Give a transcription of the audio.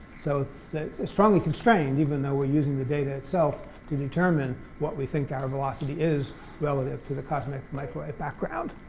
so it's strongly constrained even though we're using the data itself to determine what we think our velocity is relative to the cosmic microwave background.